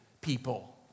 people